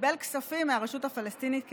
שקיבל כספים מהרשות הפלסטינית כתגמול.